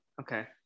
Okay